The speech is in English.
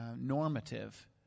normative